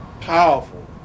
powerful